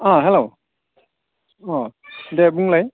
अ hello अ दे बुंलाय